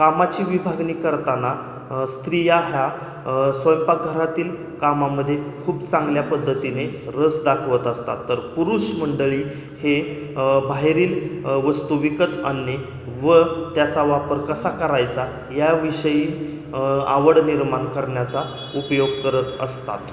कामाची विभागणी करताना स्त्रिया ह्या स्वयंपाकघरातील कामामध्ये खूप चांगल्या पद्धतीने रस दाखवत असतात तर पुरुष मंडळी हे बाहेरील वस्तू विकत आणणे व त्याचा वापर कसा करायचा या विषयी आवड निर्माण करण्याचा उपयोग करत असतात